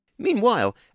Meanwhile